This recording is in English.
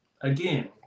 Again